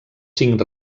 cinc